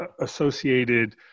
associated